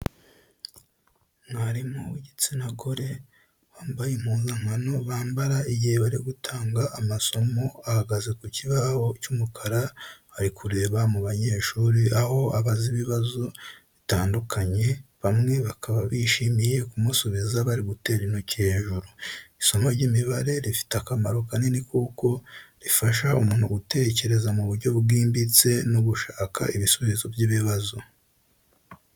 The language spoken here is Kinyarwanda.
Mwarimu w'igitsina gore wambaye impuzankano bambara igihe bari gutanga amasomo ahagaze ku kibaho cy'umukara ari kureba mu banyeshuri aho abaza ibibazo bitandukanye bamwe bakaba bishimiye kumusubiza bari gutera intoki hejuru. Isomo ry’imibare rifite akamaro kanini kuko rifasha umuntu gutekereza mu buryo bwimbitse no gushaka ibisubizo by’ibibazo.